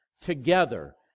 together